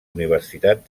universitat